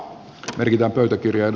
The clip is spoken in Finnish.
merkitään pöytäkirjaan